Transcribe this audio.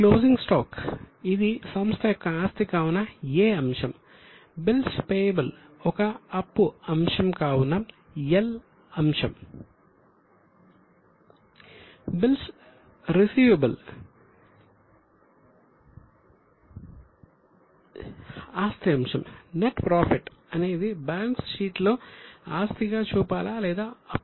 bills receivable అనేది balance sheet లో ఆస్తిగా చూపాలా లేదా అప్పుగా చూపాలా